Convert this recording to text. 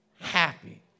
happy